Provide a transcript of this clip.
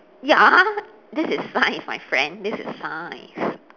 ya this is science my friend this is science